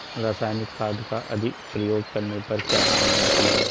रासायनिक खाद का अधिक प्रयोग करने पर क्या हानि होती है?